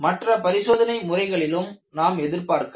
மற்ற பரிசோதனை முறைகளிலும் நாம் எதிர்பார்க்கலாம்